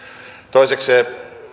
toisekseen